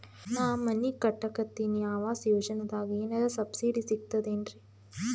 ನಾ ಮನಿ ಕಟಕತಿನಿ ಆವಾಸ್ ಯೋಜನದಾಗ ಏನರ ಸಬ್ಸಿಡಿ ಸಿಗ್ತದೇನ್ರಿ?